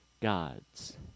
gods